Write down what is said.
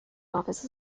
office